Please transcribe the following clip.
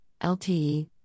LTE